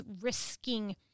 risking